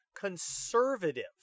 conservative